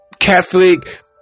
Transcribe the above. Catholic